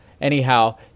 Anyhow